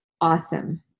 awesome